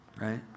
right